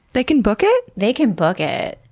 they can book it? they can book it,